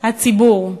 הציבור.